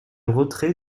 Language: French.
retrait